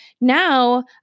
Now